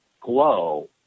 glow